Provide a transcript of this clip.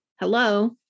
hello